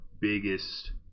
biggest